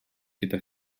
gyda